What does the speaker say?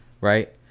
Right